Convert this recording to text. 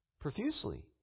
profusely